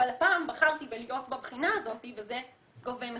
אבל הפעם בחרתי בלהיות בבחינה הזאת וזה גובה מחיר,